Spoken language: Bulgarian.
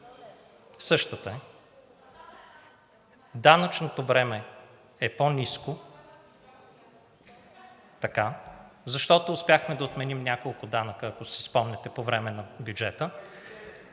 Същата е. Данъчното бреме е по-ниско, защото успяхме да отменим няколко данъка, ако си спомняте, по време на бюджета.